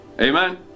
amen